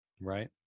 right